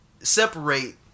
separate